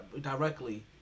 directly